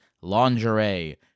lingerie